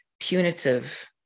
Punitive